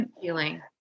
feeling